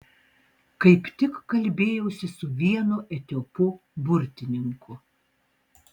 kaip tik kalbėjausi su vienu etiopu burtininku